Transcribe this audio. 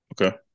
Okay